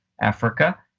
Africa